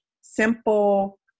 simple